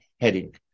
heading